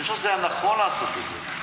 אני חושב שזה היה נכון לעשות את זה.